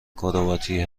کرواتی